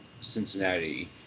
Cincinnati